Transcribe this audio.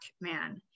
man